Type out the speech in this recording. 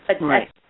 Right